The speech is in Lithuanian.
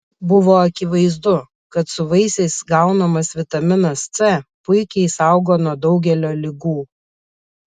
buvo akivaizdu kad su vaisiais gaunamas vitaminas c puikiai saugo nuo daugelio ligų